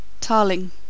Tarling